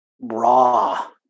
raw